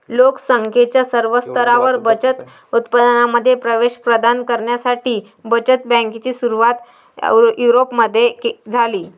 लोक संख्येच्या सर्व स्तरांवर बचत उत्पादनांमध्ये प्रवेश प्रदान करण्यासाठी बचत बँकेची सुरुवात युरोपमध्ये झाली